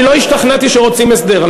אני לא השתכנעתי שרוצים הסדר.